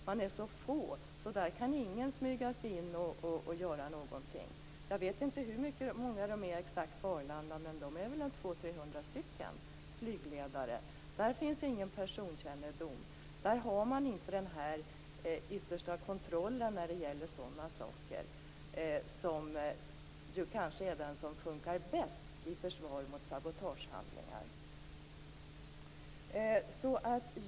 Det är så få personer där, och därför kan ingen smyga sig in där och göra något. Jag vet inte exakt hur många flygledare det är på Arlanda, men det är nog 200-300. Där finns det inte någon personkännedom. Där har man inte denna yttersta kontroll när det gäller sådana saker, vilken kanske är den som fungerar bäst i fråga om försvar mot sabotagehandlingar.